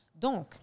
Donc